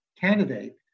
candidate